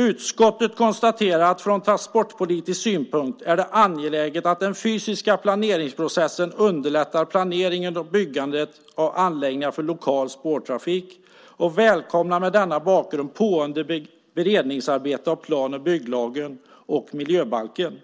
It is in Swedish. Utskottet konstaterar att det från transportpolitisk synpunkt är angeläget att den fysiska planeringsprocessen underlättar planeringen och byggandet av anläggningar för lokal spårtrafik och välkomnar mot denna bakgrund pågående beredningsarbete av plan och bygglagen och miljöbalken